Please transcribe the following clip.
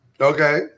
Okay